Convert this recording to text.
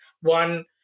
One